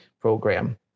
program